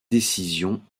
décision